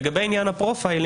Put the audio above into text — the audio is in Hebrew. לגבי עניין הפרופיילינג,